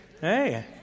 Hey